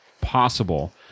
possible